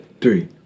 three